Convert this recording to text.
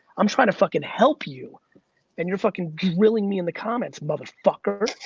i'm trying to fuckin' help you and you're fucking drilling me in the comments, mother fucker.